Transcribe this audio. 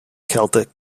celtic